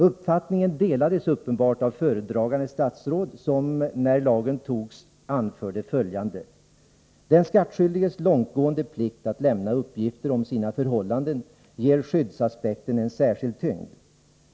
Uppfattningen delas uppenbart av föredragande statsråd, som när lagen antogs anförde följande: ”Den skattskyldiges långtgående plikt att lämna uppgifter om sina förhållanden ger skyddsaspekten en särskild tyngd.